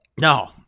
No